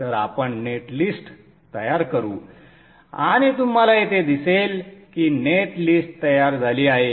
तर आपण नेटलिस्ट तयार करू आणि तुम्हाला येथे दिसेल की नेट लिस्ट तयार झाली आहे